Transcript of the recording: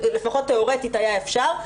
לפחות תאורטית היה אפשר.